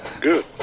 good